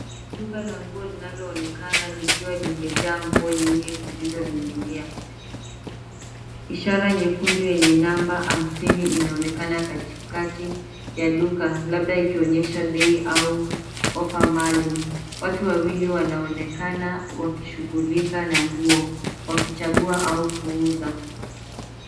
Duka la nguo linaloonekana likiwa limejaa nguo nyingi zilizoning'inia. Ishara nyekundu yenye namba hamsini inaonekana katikati ya duka labda ikionyesha bei au ofa maalum. Watu wawili wanaonekana wakishughulika na nguo, wakichagua au kuuza.